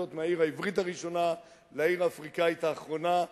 מהעיר העברית הראשונה לעיר האפריקנית האחרונה,